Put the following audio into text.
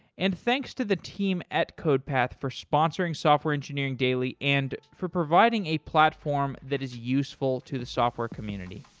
and thanks to the team at codepath for sponsoring software engineering daily and for providing a platform that is useful to the software community